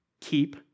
Keep